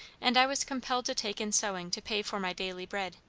and i was compelled to take in sewing to pay for my daily bread.